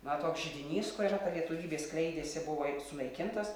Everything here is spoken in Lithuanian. na toks židinys kuriame ta lietuvybė skleidėsi buvo juk sunaikintos